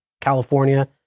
California